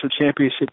Championship